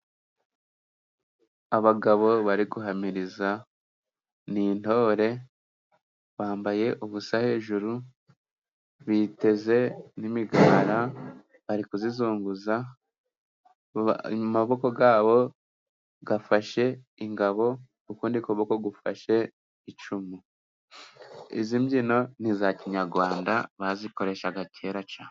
Abagabo bari guhamiriza ni intore. Bambaye ubusa hejuru, biteze n'imigara bari kuyizunguza. Mu maboko yabo afashe ingabo, ukundi koboko gufashe icumu. Izi mbyino ni iza kinyarwanda, bazikoreshaga kera cyane.